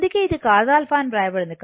అందుకే ఇది cos అని వ్రాయబడింది